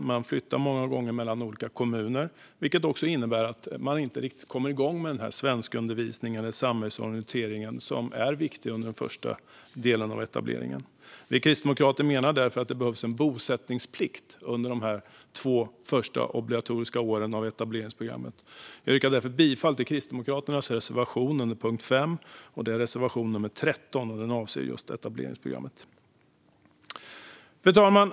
Människor flyttar många gånger mellan olika kommuner, vilket innebär att de inte riktigt kommer igång med den svenskundervisning eller samhällsorientering som är viktig under den första delen av etableringen. Vi kristdemokrater menar att det behövs en bosättningsplikt under dessa två första obligatoriska år av etableringsprogrammet. Jag yrkar därför bifall till Kristdemokraternas reservation under punkt 5. Det är reservation 13, som avser just etableringsprogrammet. Fru talman!